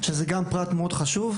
שזה גם פרט מאוד חשוב.